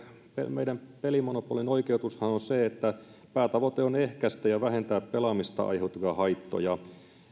meidän pelimonopolimme oikeutushan on se että päätavoite on ehkäistä ja vähentää pelaamisesta aiheutuvia haittoja